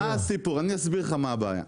אסביר לך מה הבעיה.